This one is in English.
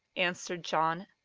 answered john.